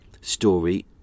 story